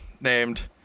named